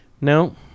No